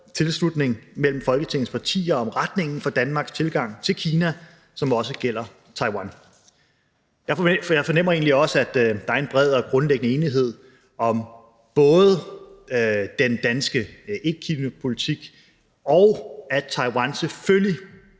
tilslutning mellem Folketingets partier om retningen for Danmarks tilgang til Kina, som også gælder Taiwan. Jeg fornemmer egentlig også, at der er en bred og grundlæggende enighed om både den danske etkinapolitik, og at Taiwan selvfølgelig